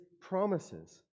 promises